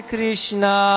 Krishna